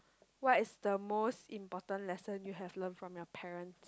what is the most important lesson you have learnt from your parent